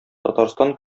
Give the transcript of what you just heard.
татарстан